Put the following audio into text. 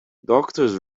doctors